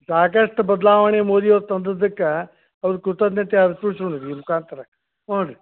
ಸಾಕಷ್ಟು ಬದಲಾವಣೆ ಮೋದಿ ಅವ್ರು ತಂದದಕ್ಕೆ ಅವ್ರಿಗೆ ಕೃತಜ್ಞತೆ ಅರ್ಪಿಸೋಣ ಈ ಮುಖಾಂತರ ಹ್ಞೂ ರೀ